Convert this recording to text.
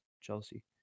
Chelsea